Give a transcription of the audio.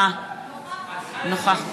אינה נוכחת